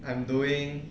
I am doing